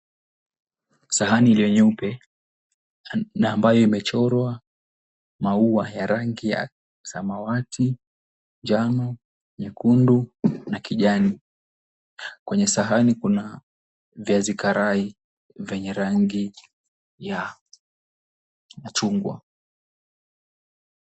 Sahani iliyo nyeupe na ambayo imechorwa maua ya rangi ya samawati, njano, nyekundu na kijani. Kwenye sahani kuna viazi karai vyenye rangi ya machungwa.